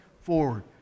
forward